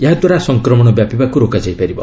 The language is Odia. ଏହାଦ୍ୱାରା ସଂକ୍ରମଣ ବ୍ୟାପିବାକୁ ରୋକାଯାଇପାରିବ